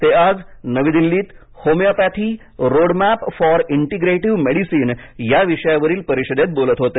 ते आज नवी दिल्लीत homeopathy roadmap for integrative medicine या विषयावरील परिषदेत बोलत होते